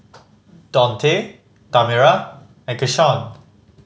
Dontae Tamera and Keshaun